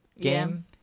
game